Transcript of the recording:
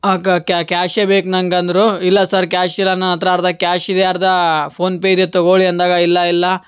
ಆಗ ಕ್ಯಾಶೆ ಬೇಕು ನಂಗೆ ಅಂದ್ರು ಇಲ್ಲ ಸರ್ ಕ್ಯಾಶ್ ಇಲ್ಲ ನನ್ನ ಹತ್ರ ಅರ್ಧ ಕ್ಯಾಶ್ ಇದೆ ಅರ್ಧ ಫೋನ್ ಪೇ ಇದೆ ತಗೊಳ್ಳಿ ಅಂದಾಗ ಇಲ್ಲ ಇಲ್ಲ